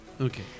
Okay